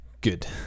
good